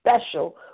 special